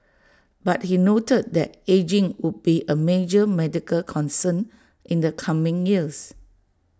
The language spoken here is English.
but he noted that ageing would be A major medical concern in the coming years